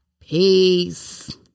peace